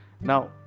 now